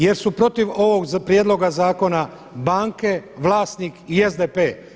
Jer su protiv ovoga prijedloga zakona banke, vlasnik i SDP.